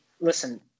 listen